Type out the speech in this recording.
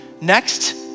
next